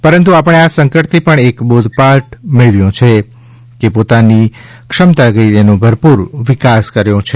પરંતુ આપણે આ સંકટથી પણ એક બોધપાઠ મેળવ્યો છે કે પોતાની ક્ષમતાગઈ ઓનો ભરપૂર વિકાસ કર્યો છે